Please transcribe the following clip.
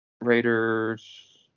Raiders